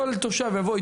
כל תושב יבוא,